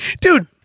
Dude